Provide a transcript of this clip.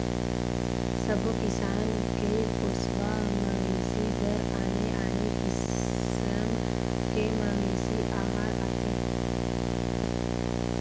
सबो किसम के पोसवा मवेशी बर आने आने किसम के मवेशी अहार आथे